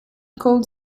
cold